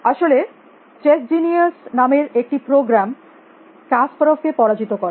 আসলে chess genius নামের একটি প্রোগ্রাম কাসপারভ কে পরাজিত করে